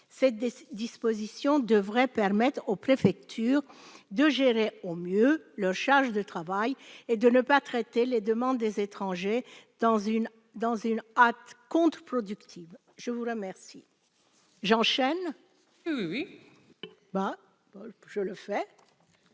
Cette disposition devrait permettre aux préfectures de gérer au mieux leur charge de travail et de ne pas traiter les demandes des étrangers dans une hâte contre-productive. L'amendement